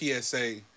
PSA